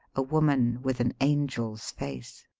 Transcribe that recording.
a woman with an angel's face.